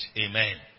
Amen